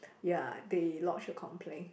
ya they lodged a complaint